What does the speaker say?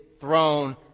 throne